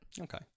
Okay